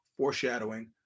foreshadowing